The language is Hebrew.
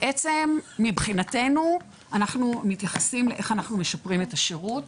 בעצם מבחינתנו אנחנו מתייחסים לאיך אנחנו משפרים את השירות.